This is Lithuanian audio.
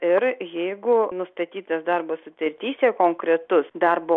ir jeigu nustatytas darbo sutartyse konkretus darbo